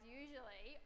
usually